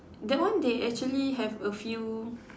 that one they actually have a few